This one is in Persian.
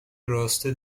راسته